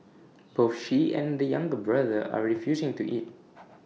both she and the younger brother are refusing to eat